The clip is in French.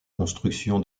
construction